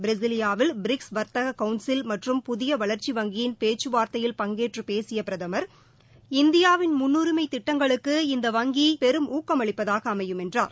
பிரேசிலியாவில் BRICS வர்த்தக council மற்றும் புதிய வளர்ச்சி வங்கியின் பேச்சுவார்த்தையில் பங்கேற்று பேசிய பிரதம் இந்தியாவின் முன்னுரிமை திட்டங்களுக்கு இந்த வங்கி பெரும் ஊக்கம் அளிப்பதாக அமையும் என்றார்